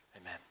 amen